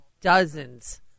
dozens